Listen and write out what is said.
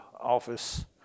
office